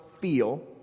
feel